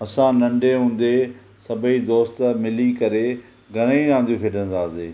असां नंढे हूंदे सभई दोस्त मिली करे घणेई रांदियूं खेॾंदा हुआसीं